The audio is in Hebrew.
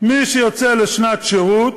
מי שיוצא לשנת שירות,